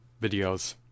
videos